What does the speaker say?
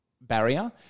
barrier